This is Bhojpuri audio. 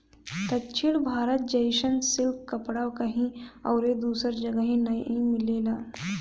दक्षिण भारत जइसन सिल्क कपड़ा कहीं अउरी दूसरा जगही नाइ मिलेला